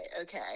Okay